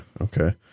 okay